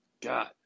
god